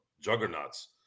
juggernauts